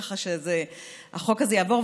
כך שהחוק הזה יעבור,